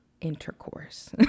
intercourse